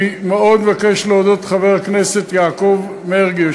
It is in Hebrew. אני מאוד מבקש להודות לחבר הכנסת יעקב מרגי,